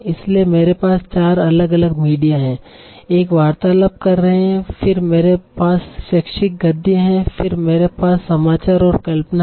इसलिए मेरे पास 4 अलग अलग मीडिया हैं एक वार्तालाप कर रहे हैं फिर मेरे पास शैक्षिक गद्य है फिर मेरे पास समाचार और कल्पना है